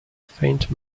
faint